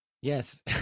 Yes